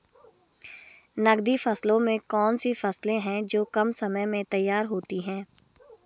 नकदी फसलों में कौन सी फसलें है जो कम समय में तैयार होती हैं?